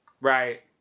right